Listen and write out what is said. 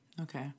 okay